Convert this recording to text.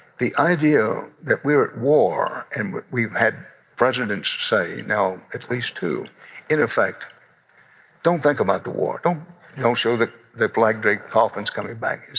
the idea that we're at war and we've had presidents say now at least two in effect don't think about the war, don't don't show the the flag-draped coffins coming back,